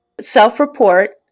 self-report